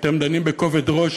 אתם דנים בכובד ראש,